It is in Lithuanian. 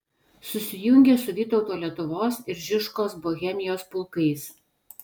susijungė su vytauto lietuvos ir žižkos bohemijos pulkais